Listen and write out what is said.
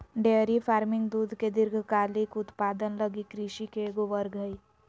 dairy farming दूध के दीर्घकालिक उत्पादन लगी कृषि के एगो वर्ग हइ